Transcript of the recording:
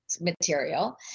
material